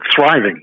thriving